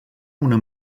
una